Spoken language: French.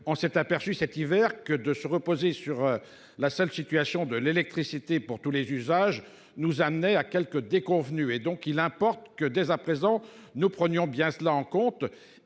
en s'est aperçu cet hiver que de se reposer sur la seule situation de l'électricité pour tous les usages nous amenait à quelques déconvenues et donc il importe que dès à présent nous prenions bien cela en compte